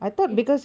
it's